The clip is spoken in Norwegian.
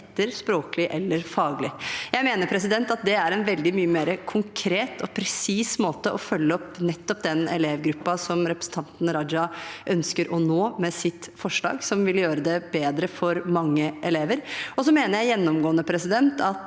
etter språklig eller faglig. Jeg mener at det er en veldig mye mer konkret og presis måte for å følge opp nettopp den elevgruppen som representanten Raja ønsker å nå med sitt forslag, og at den vil gjøre det bedre for mange elever. Jeg mener gjennomgående at det